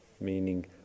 Meaning